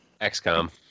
XCOM